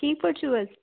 ٹھیٖک پٲٹھۍ چھِو حظ